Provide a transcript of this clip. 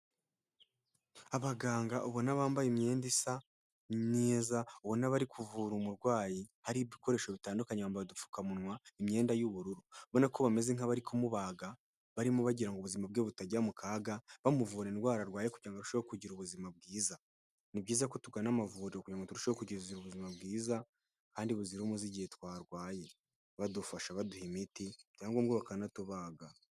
Abaganga ubona bambaye imyenda isa myiza ubona bari kuvura umurwayi hari ibikoresho bitandukanye bambaye udupfukamunwa, imyenda y'ubururu abona ko bameze nk'abari kumubaga barimo bagira ngo ubuzima bwe butajya mu kaga bamuvura indwara arwaye kugira ngo arusheho kugira ubuzima bwiza. Ni byiza ko tugana amavuriro kugira ngo turusheho kugira ubuzima bwiza kandi buzira umuze igihe twarwaye badufasha baduha imiti byaba ngombwa bakanatubaga.